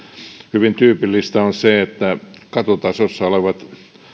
hyvin tyypillistä on se että katutasossa olevat